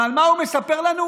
ועל מה הוא מספר לנו?